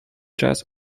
jazz